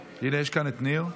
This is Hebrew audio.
הינה, יש כאן את ניר.